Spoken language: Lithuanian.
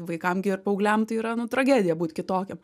vaikam gi ir paaugliam tai yra nu tragedija būt kitokiem